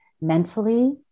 mentally